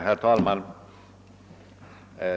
Herr talman!